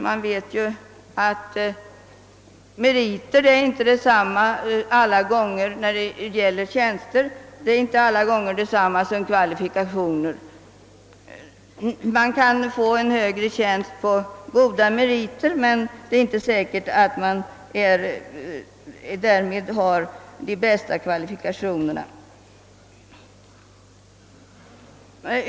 Men det är som be kant så att meriter vid tillsättning av tjänster inte alla gånger är detsamma som kvalifikationer. Man kan få en högre tjänst på goda meriter, men det är inte säkert att man därmed har de bästa kvalifikationerna för tjänsten.